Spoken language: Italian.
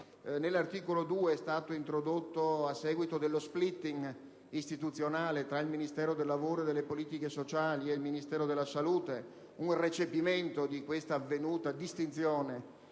Nell'articolo 2 è stato introdotto, a seguito dello *splitting* istituzionale tra il Ministero del lavoro e delle politiche sociali e il Ministero della salute, un recepimento di questa avvenuta distinzione